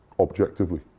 objectively